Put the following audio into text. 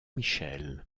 michel